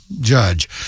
Judge